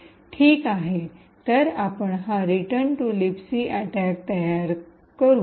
ठीक आहे तर आपण हा रिटर्न टू लिबसी अटैक तयार करू